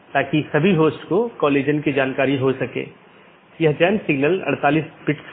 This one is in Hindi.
हालाँकि एक मल्टी होम AS को इस प्रकार कॉन्फ़िगर किया जाता है कि यह ट्रैफिक को आगे न बढ़ाए और पारगमन ट्रैफिक को आगे संचारित न करे